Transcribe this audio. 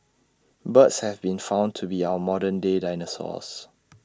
birds have been found to be our modern day dinosaurs